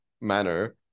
manner